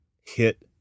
hit